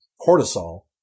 cortisol